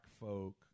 folk